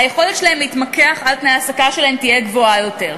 היכולת שלהם להתמקח על תנאי ההעסקה שלהם תהיה גבוהה יותר.